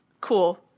cool